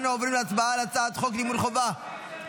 אנו עוברים להצבעה על הצעת חוק לימוד חובה (תיקון,